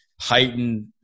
heightened